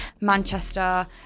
Manchester